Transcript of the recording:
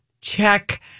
Check